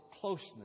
closeness